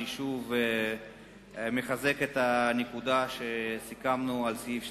אני מחזק שוב את הנקודה שסיכמנו בעניין סעיף 2,